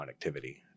connectivity